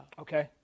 Okay